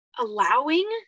allowing